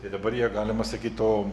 tai dabar jie galima sakyt to